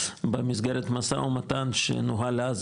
במסגרת משא ומתן שנוהל אז,